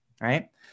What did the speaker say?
right